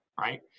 right